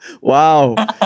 Wow